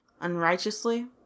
unrighteously